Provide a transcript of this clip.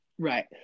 Right